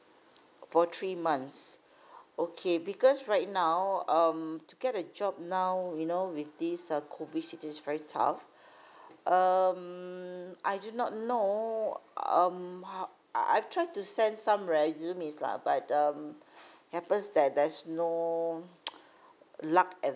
for three months okay because right now um to get a job now you know with this uh COVID situation is very tough um I do not know um how uh I've tried to send some resumes lah but um happens that there's no luck at